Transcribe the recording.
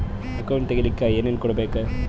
Account ತೆಗಿಲಿಕ್ಕೆ ಏನೇನು ಕೊಡಬೇಕು?